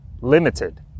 limited